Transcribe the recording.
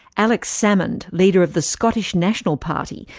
alex salmond, leader of the scottish national party,